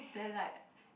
there like